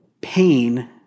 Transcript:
pain